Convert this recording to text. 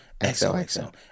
XOXO